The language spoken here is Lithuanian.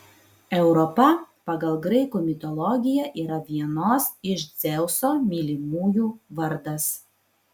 europa pagal graikų mitologiją yra vienos iš dzeuso mylimųjų vardas